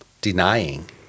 denying